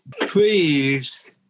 please